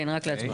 כן, רק להצביע.